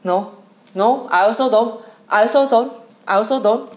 no no I also don't I also don't I also don't